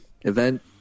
event